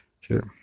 Sure